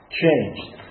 changed